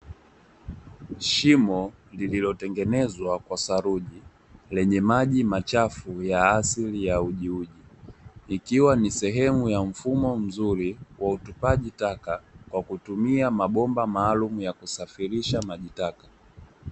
Shimo lililotengenezwa kwa saruji, lenye maji machafu ya asili ya uji uji ikiwa ni sehemu ya mfumo mzuri wa utupaji taka kwa kutumia mabomba maalumu ya kusafirisha maji taka.